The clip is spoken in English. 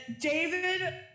David